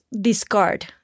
discard